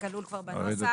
זה כלול כבר בנוסח.